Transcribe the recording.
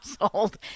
household